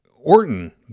Orton